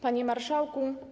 Panie Marszałku!